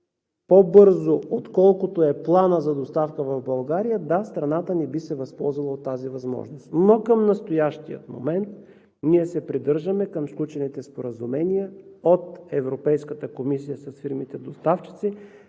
по-бързо, отколкото е планът за доставка в България – да, страната ни би се възползвала от тази възможност. Но към настоящия момент ние се придържаме към сключените споразумения от Европейската комисия с фирмите доставчици